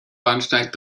bahnsteig